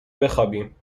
بخابیم